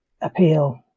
appeal